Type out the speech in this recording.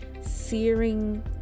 searing